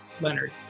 Leonard